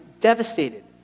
devastated